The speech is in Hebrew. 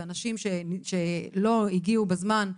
ואנשים שלא הגיעו בזמן,